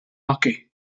acu